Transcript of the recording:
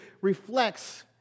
reflects